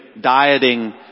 dieting